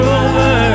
over